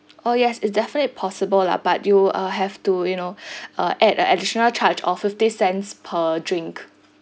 oh yes it's definitely possible lah but you uh have to you know uh add a additional charge or fifty cents per drink